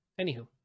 Anywho